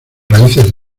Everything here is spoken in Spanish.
raíces